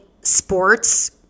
sports